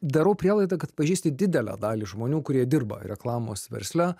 darau prielaidą kad pažįsti didelę dalį žmonių kurie dirba reklamos versle